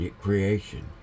creation